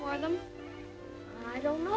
for them i don't know